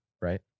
right